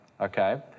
okay